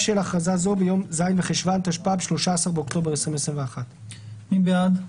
של הכרזה זו ביום ז' בחשוון התשפ"ב (13 באוקטובר 2021)". מי בעד?